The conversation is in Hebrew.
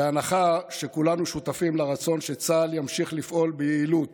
בהנחה שכולנו שותפים לרצון שצה"ל ימשיך לפעול ביעילות